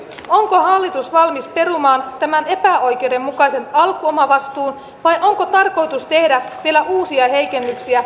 onko hallitus valmis perumaan tämän epäoikeudenmukaisen alkuomavastuun vai onko tarkoitus tehdä vielä uusia heikennyksiä lääkekorvauksiin